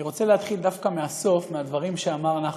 אני רוצה להתחיל דווקא מהסוף, מהדברים שאמר נחמן.